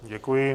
Děkuji.